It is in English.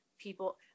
people